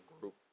group